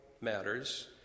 matters